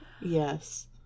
Yes